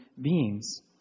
beings